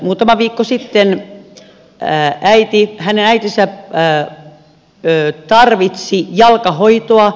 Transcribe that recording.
muutama viikko sitten hänen äitinsä tarvitsi jalkahoitoa